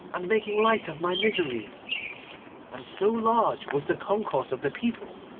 and making light of my misery and so large was the concourse of the people,